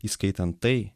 įskaitant tai